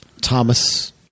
Thomas